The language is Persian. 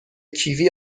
کیوی